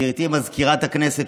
וגברתי מזכירת הכנסת,